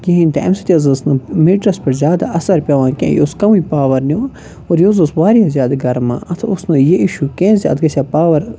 کِہیٖنۍ تہِ اَمہِ سۭتۍ حظ ٲس نہٕ میٖٹرَس پٮ۪ٹھ زیادٕ اَثَر پیوان کینٛہہ یہِ اوس کَمٕے پاوَر ںِوان مگر یہِ اوس واریاہ زیادٕ گَرمان اَتھ اوس نہٕ یہِ اِشوٗ کینٛہہ زِ اَتھ گَژھِ ہا پاور